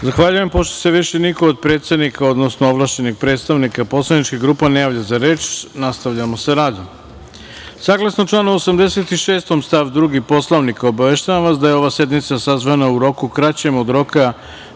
Hvala. Pošto se više niko do predsednika, odnosno ovlašćenih predstavnika poslaničkih grupa ne javlja za reč, nastavljamo sa